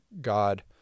God